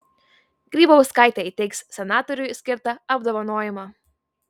grybauskaitė įteiks senatoriui skirtą apdovanojimą